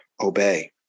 obey